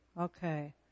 Okay